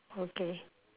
okay